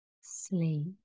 sleep